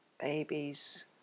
babies